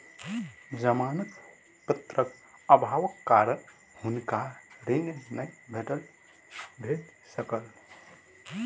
जमानत पत्रक अभावक कारण हुनका ऋण नै भेट सकल